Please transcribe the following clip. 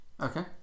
okay